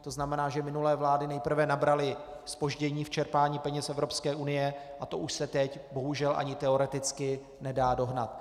To znamená, že minulé vlády nejprve nabraly zpoždění v čerpání peněz Evropské unie, a to už se teď bohužel ani teoreticky nedá dohnat.